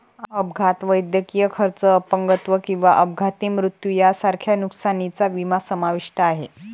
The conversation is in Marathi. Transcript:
अपघात, वैद्यकीय खर्च, अपंगत्व किंवा अपघाती मृत्यू यांसारख्या नुकसानीचा विमा समाविष्ट आहे